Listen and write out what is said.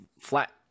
flat